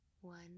one